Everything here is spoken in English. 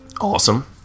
Awesome